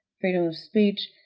freedom of speech,